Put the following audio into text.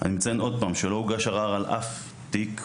שוב, אציין שלא הוגש ערר על אף תיק.